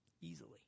Easily